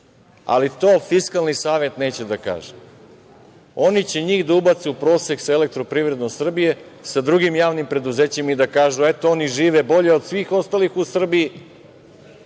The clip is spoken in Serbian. Ali, to Fiskalni savet neće da kaže. Oni će njih da ubace u prosek sa elektroprivredom Srbije, sa drugim javnim preduzećima i da kažu – eto, oni žive bolje od svih ostalih u Srbiji,